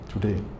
today